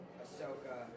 Ahsoka